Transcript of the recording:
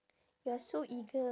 you are so eager